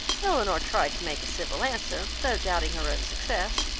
elinor tried to make a civil answer, though doubting her own success.